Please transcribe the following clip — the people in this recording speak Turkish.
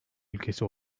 ülkesi